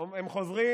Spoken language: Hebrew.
הם חוזרים,